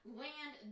land